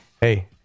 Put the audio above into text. Hey